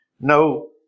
no